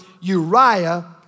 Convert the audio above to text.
Uriah